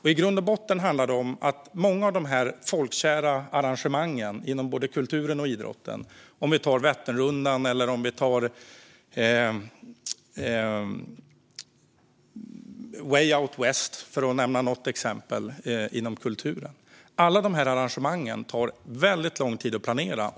I grund och botten handlar det om att många av de folkkära arrangemangen inom både kulturen och idrotten, till exempel Vätternrundan eller Way Out West, tar väldigt lång tid att planera.